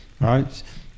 Right